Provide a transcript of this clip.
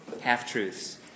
Half-truths